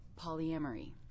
polyamory